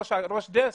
ראש דסק?